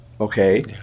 okay